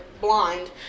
blind